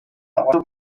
also